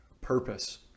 purpose